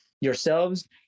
yourselves